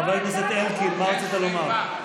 חבר הכנסת אלקין, מה רצית לומר?